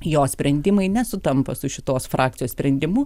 jo sprendimai nesutampa su šitos frakcijos sprendimu